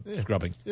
scrubbing